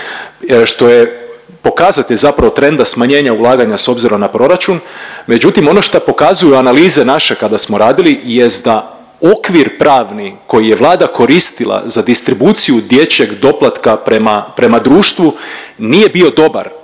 što je pokazatelj zapravo trenda smanjenja ulaganja s obzirom na proračun, međutim ono šta pokazuju analize naše kada smo radili jest da okvir pravni koji je Vlada koristila za distribuciju dječjeg doplatka prema, prema društvu nije bio dobar